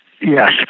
Yes